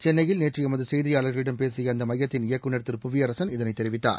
சென்னையில் நேற்று எமது செய்தியாளர்களிடம் பேசிய அந்த மையத்தின் இயக்குநா் திரு புவியரசன் இதனைத் தெரிவித்தார்